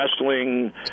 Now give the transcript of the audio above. wrestling